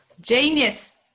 Genius